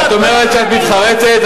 את אומרת שאת מתחרטת?